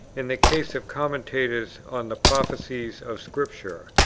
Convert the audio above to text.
in the case of commentators on the prophecies of scripture,